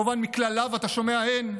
כמובן, מכלל לאו אתה שומע הן,